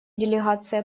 делегация